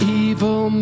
evil